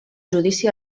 judici